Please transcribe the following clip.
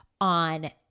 on